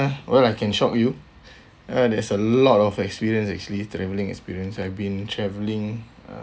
well I can shock you ah there's a lot of experience actually travelling experience I've been travelling